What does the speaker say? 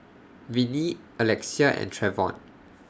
Vinnie Alexia and Trevon